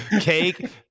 Cake